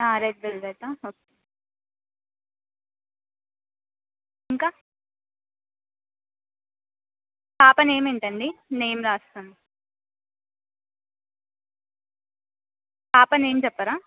red velvet okay ఇంకా పాప name ఏంటండి నేమ్ రాస్తాను పాప నేమ్ చెప్పరా